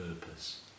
purpose